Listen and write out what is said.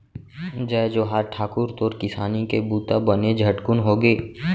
जय जोहार ठाकुर, तोर किसानी के बूता बने झटकुन होगे?